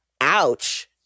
ouch